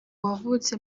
wavutse